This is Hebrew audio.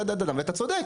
ואתה צודק,